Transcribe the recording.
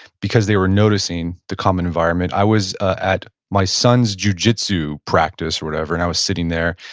because they were noticing the common environment. i was at my son's jiu-jitsu practice, whatever, and i was sitting there,